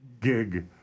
gig